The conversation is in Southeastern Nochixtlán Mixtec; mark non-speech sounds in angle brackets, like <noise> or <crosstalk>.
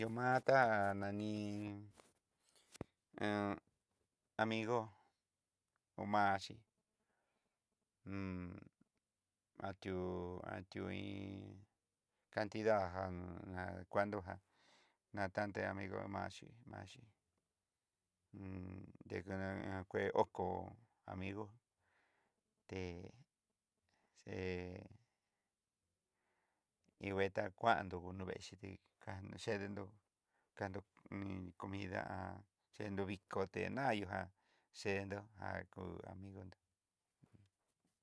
Ihó má ta nani <hesitation> igo hoxhi <hesitation> ati'ó ati'ó iin cantida jan <hesitation> endo jan natando amigo maxhi maxhi, <hesitation> dekaña na kué hoko amigo, té xe tekua kuando kuniveexi té kan chedenró, kandó iin comida <hesitation> endo vikoté nayo'o ján chendó já kú amigo nró.